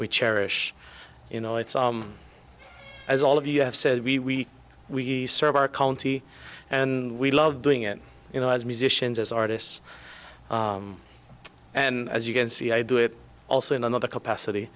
we cherish you know it's as all of you have said we we serve our county and we love doing it you know as musicians as artists and as you can see i do it also in another capacity